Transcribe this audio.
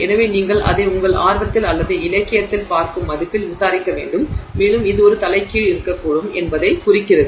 எனவே நீங்கள் அதை உங்கள் ஆர்வத்தில் அல்லது இலக்கியத்தில் பார்க்கும் மதிப்பில் விசாரிக்க வேண்டும் மேலும் இது ஒரு தலைகீழ் இருக்கக்கூடும் என்பதைக் குறிக்கிறது